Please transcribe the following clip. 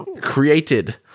created